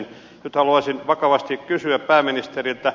nyt haluaisin vakavasti kysyä pääministeriltä